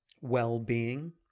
well-being